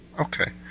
Okay